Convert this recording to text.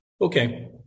Okay